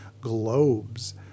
globes